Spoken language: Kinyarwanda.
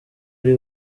uri